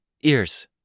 Ears